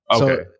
Okay